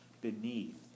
beneath